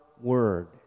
word